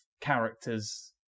characters